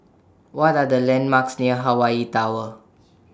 What Are The landmarks near Hawaii Tower